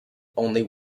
only